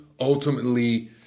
ultimately